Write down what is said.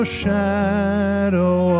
shadow